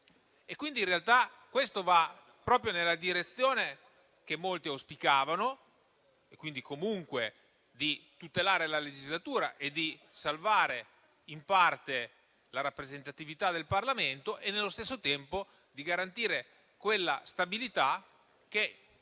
Questo in realtà va proprio nella direzione che molti auspicavano, di tutelare comunque la legislatura, salvare in parte la rappresentatività del Parlamento e, nello stesso tempo, garantire quella stabilità che